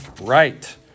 right